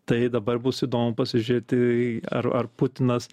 tai dabar bus įdomu pasižiūrėti ar ar putinas